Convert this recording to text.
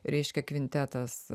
reiškia kvintetas